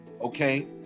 okay